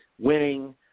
winning